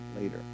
later